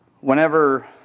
Whenever